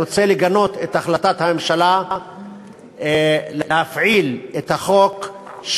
רוצה לגנות את החלטת הממשלה להפעיל את החוק,